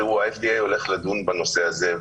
ה-FDA הולך לדון בנושא הזה,